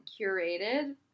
curated